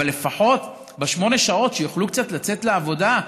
אבל לפחות ששמונה שעות יוכלו קצת לצאת לעבודה,